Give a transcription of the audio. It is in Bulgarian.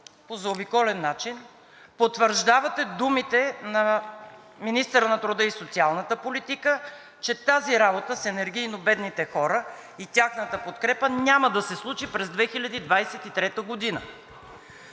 по заобиколен начин потвърждавате думите на министъра на труда и социалната политика, че тази работа с енергийно бедните хора и тяхната подкрепа няма да се случи през 2023 г.